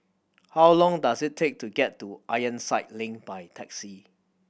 how long does it take to get to Ironside Link by taxi